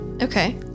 okay